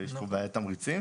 ויש פה בעיית תמריצים.